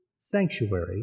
sanctuary